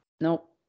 Nope